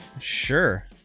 Sure